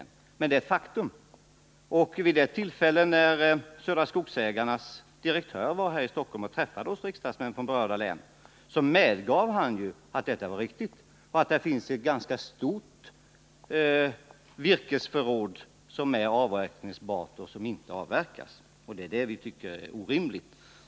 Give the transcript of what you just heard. Men det är ett faktum, och vid det tillfället då Södra Skogsägarnas direktör var här i Stockholm och träffade oss riksdagsmän från berörda län, så medgav han ju att detta var riktigt och att det finns ett ganska stort virkesförråd som är avverkningsbart men som inte avverkas. Det är detta vi tycker är orimligt.